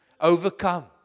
Overcome